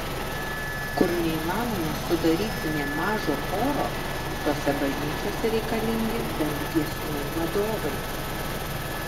kur neįmanoma sudaryti nė mažo choro tose bažnyčiose reikalingi bent giesmių vadovai